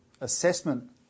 assessment